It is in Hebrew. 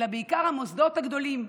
אלא בעיקר המוסדות הגדולים,